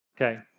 Okay